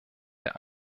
der